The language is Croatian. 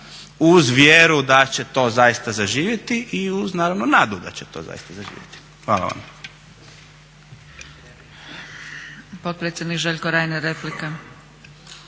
uz vjeru da će to zaista zaživjeti i uz naravno nadu da će to zaista zaživjeti. Hvala vam.